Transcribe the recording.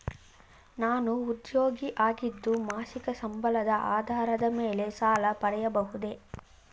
ನಾನು ಉದ್ಯೋಗಿ ಆಗಿದ್ದು ಮಾಸಿಕ ಸಂಬಳದ ಆಧಾರದ ಮೇಲೆ ಸಾಲ ಪಡೆಯಬಹುದೇ?